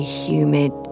humid